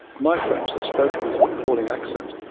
my french, though spoken with an appalling accent,